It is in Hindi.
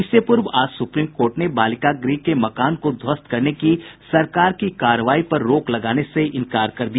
इससे पूर्व आज सुप्रीम कोर्ट ने बालिका गृह के मकान को ध्वस्त करने की सरकार की कार्रवाई पर रोक लगाने से इंकार कर दिया